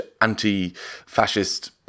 anti-fascist